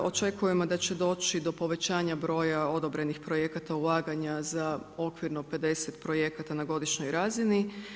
Očekujemo da će doći do povećanja broja odobrenih projekata, ulaganja, za okvirno 50 projekata na godišnjoj razini.